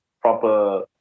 proper